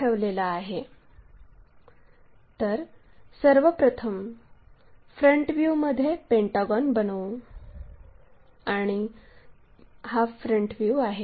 तर सर्व प्रथम फ्रंट व्ह्यूमध्ये पेंटागॉन बनवू आणि तर हा फ्रंट व्ह्यू आहे